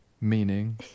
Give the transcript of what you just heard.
Meaning